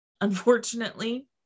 unfortunately